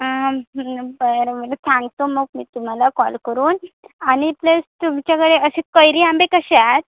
बरं बरं सांगतो मग मी तुम्हाला कॉल करून आणि प्लस तुमच्याकडे असे कैरी आंबे कसे आहेत